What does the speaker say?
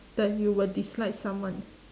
that you will dislike someone